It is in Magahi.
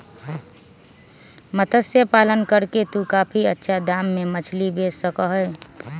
मत्स्य पालन करके तू काफी अच्छा दाम में मछली बेच सका ही